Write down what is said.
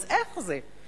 אז איך זה,